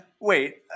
Wait